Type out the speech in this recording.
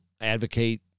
advocate